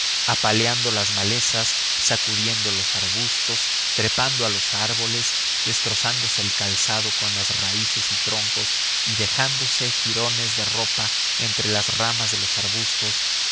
apaleando las malezas sacudiendo los arbustos trepando a los árboles destrozándose el calzado con las raíces y troncos y dejándose jirones de ropa entre las ramas de los arbustos